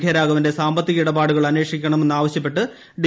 K രാഘവന്റെ സാമ്പത്തിക ഇടപാടു കൾ അന്വേഷിക്കണമെന്നാവശൃപ്പെട്ട് ഡി